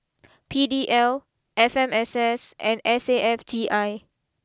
P D L F M S S and S A F T I